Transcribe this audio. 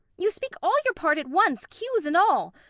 you speak all your part at once, cues, and all.